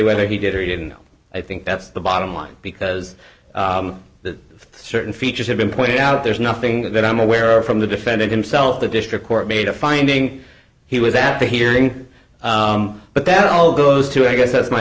whether he did or didn't i think that's the bottom line because that certain features have been pointed out there's nothing that i'm aware of from the defendant himself the district court made a finding he was at the hearing but that all goes to i guess that's my